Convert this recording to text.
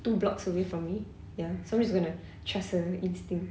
two blocks away from me ya so I'm just gonna trust her instinct